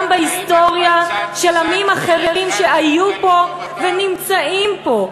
בהיסטוריה של עמים אחרים שהיו פה ונמצאים פה.